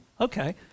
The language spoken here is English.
okay